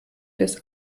des